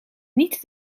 niet